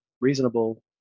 reasonable